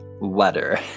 letter